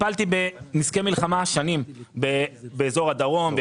טיפלתי בנזקי מלחמה במשך שנים באזור הדרום,